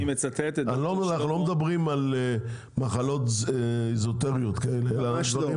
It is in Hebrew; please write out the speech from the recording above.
אנחנו לא מדברים על מחלות אזוטריות כאלה -- ממש לא.